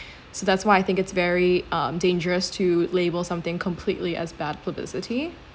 so that's why I think it's very um dangerous to label something completely as bad publicity